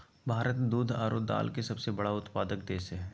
भारत दूध आरो दाल के सबसे बड़ा उत्पादक देश हइ